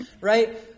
right